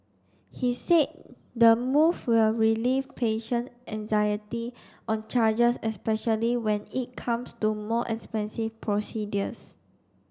he said the move will relieve patient anxiety on charges especially when it comes to more expensive procedures